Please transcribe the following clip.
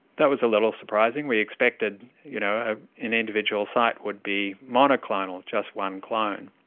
that was a little surprising. we expected you know ah an individual site would be monoclonal, just one clone.